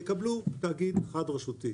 יקבלו תאגיד חד-רשותי.